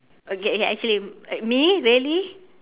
okay ya actually uh me really